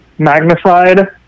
magnified